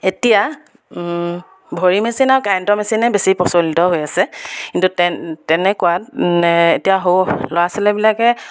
এতিয়া ভৰি মেচিন আৰু কাৰেণ্টৰ মেচিনেই বেছি প্ৰচলিত হৈ আছে কিন্তু তেনে তেনেকুৱাত এতিয়া সৰু ল'ৰা ছোৱালীবিলাকে